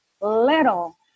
little